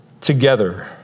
together